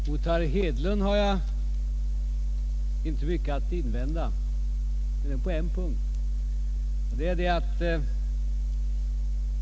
Herr talman! Mot herr Hedlund har jag inte mycket att invända mer än på en punkt.